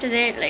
ya